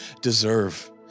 deserve